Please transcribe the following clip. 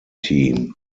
team